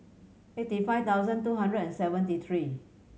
eighty five thousand two hundred and seventy three